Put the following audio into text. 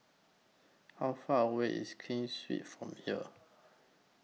How Far away IS Keen Sui from here